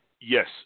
Yes